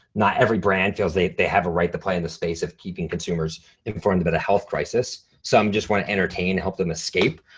not every brand feels they they have a right to play in the space of keeping consumers informed about a health crisis. some just wanna entertain, help them escape,